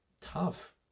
tough